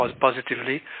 positively